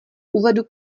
uvedu